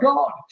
God